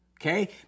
Okay